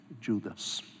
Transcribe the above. Judas